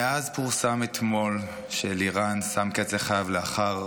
מאז פורסם אתמול שאלירן שם קץ לחייו, לאחר